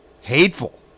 hateful